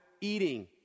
eating